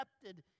accepted